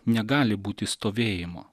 negali būti stovėjimo